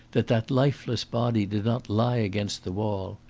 that that lifeless body did not lie against the wall.